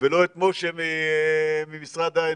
ולא את משה ממשרד האנרגיה,